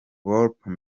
wolper